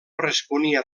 responia